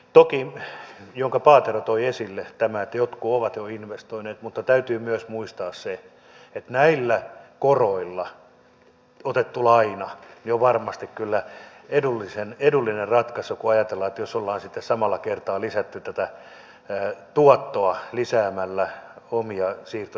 toki on tämä minkä paatero toi esille että jotkut ovat jo investoineet mutta täytyy myös muistaa se että näillä koroilla otettu laina on kyllä varmasti edullinen ratkaisu kun ajatellaan että jos ollaan sitten samalla kertaa lisätty tätä tuottoa lisäämällä omia siirtohintamaksuja